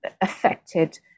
affected